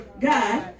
god